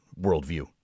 worldview